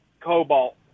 Cobalt